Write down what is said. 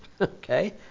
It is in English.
okay